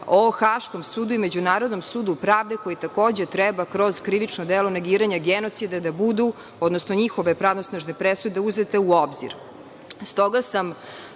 o Haškom sudu i Međunarodnom sudu pravde koji takođe treba kroz krivično delo negiranja genocida da budu, odnosno njihove pravosnažne presude, uzete u obzir.